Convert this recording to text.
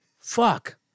Fuck